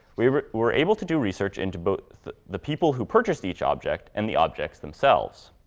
we were were able to do research into but the the people who purchased each object and the objects themselves.